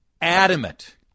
Adamant